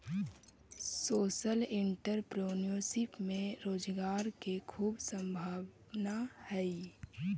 social entrepreneurship में रोजगार के खूब संभावना हई